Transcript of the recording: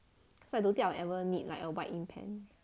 so I don't think I'll ever need like a white ink pen